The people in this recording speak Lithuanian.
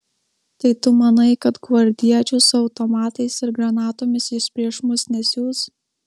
tai tu manai kad gvardiečių su automatais ir granatomis jis prieš mus nesiųs